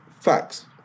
Facts